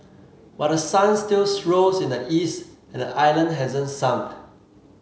but the sun still rose in the east and the island hasn't sunk